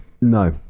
No